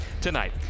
tonight